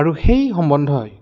আৰু সেই সম্বন্ধই